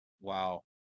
Wow